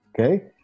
okay